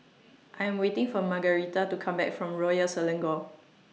I'm waiting For Margarita to Come Back from Royal Selangor